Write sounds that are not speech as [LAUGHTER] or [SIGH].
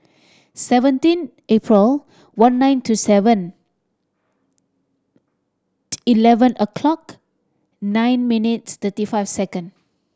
seventeen April one nine two seven [UNINTELLIGIBLE] eleven o'clock nine minutes thirty five second